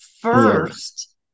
first